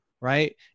right